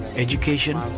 education,